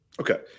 okay